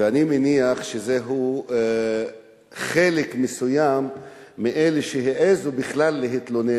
ואני מניח שזהו חלק מסוים מאלה שהעזו בכלל להתלונן.